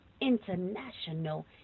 international